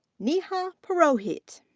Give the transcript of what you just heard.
neha purohit.